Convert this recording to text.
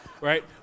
right